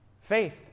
faith